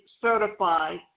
certified